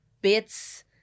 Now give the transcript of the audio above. bits